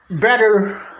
better